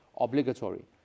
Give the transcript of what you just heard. obligatory